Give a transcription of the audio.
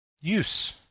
use